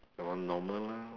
that one normal lah